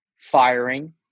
firing